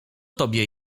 tobie